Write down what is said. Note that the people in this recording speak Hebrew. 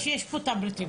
יש פה טאבלטים,